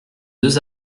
deux